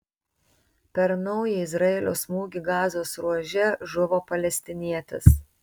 per naują izraelio smūgį gazos ruože žuvo palestinietis